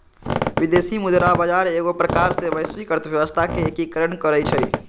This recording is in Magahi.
विदेशी मुद्रा बजार एगो प्रकार से वैश्विक अर्थव्यवस्था के एकीकरण करइ छै